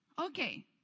Okay